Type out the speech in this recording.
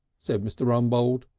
said mr. rumbold,